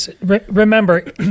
remember